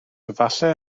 efallai